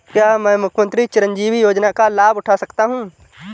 क्या मैं मुख्यमंत्री चिरंजीवी योजना का लाभ उठा सकता हूं?